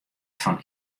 fan